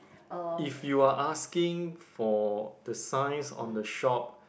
if you are asking for the signs on the shop